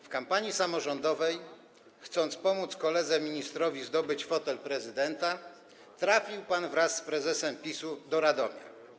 W kampanii samorządowej, chcąc pomóc koledze ministrowi zdobyć fotel prezydenta, trafił pan wraz z prezesem PiS-u do Radomia.